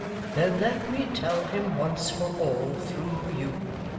then let me tell him once for all, through you,